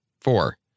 Four